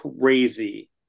crazy